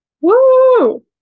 Woo